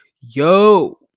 yo